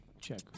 Check